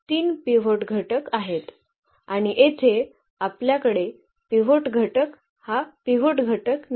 तर आपल्याकडे तीन पिव्होट घटक आहेत आणि येथे आपल्याकडे पिव्होट घटक हा पिव्होट घटक नाही